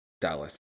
Dallas